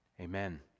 Amen